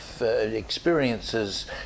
experiences